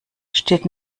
steht